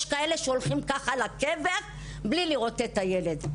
יש כאלה שהולכות ככה לקבר בלי לראות את הילד.